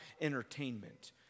entertainment